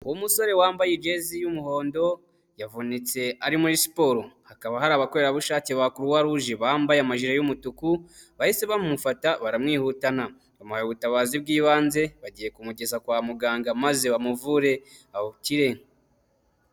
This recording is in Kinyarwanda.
Uwo musore wambaye jese y'umuhondo yavunitse ari muri siporo hakaba hari abakorerabushake ba croix rouge bambaye amajire yumutuku bahise bamufata baramwihutana bamuha ubutabazi bw'ibanze bagiye kumugeza kwa muganga maze bamuvure akire .